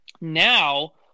Now